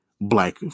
black